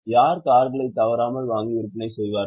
யார் கார்களை தவறாமல் வாங்கி விற்பனை செய்வார்கள்